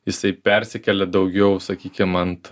jisai persikėlė daugiau sakykim ant